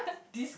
this